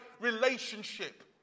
relationship